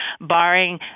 barring